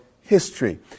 history